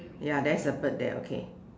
ya there's a bird there okay